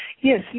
Yes